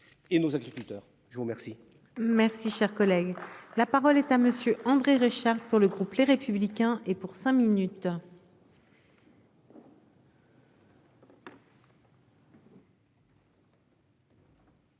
et nos agriculteurs je vous remercie. Merci, cher collègue, la parole est à monsieur André Reichardt. Pour le groupe Les Républicains et pour cinq minutes.